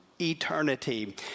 eternity